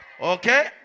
okay